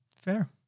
Fair